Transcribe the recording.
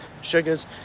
sugars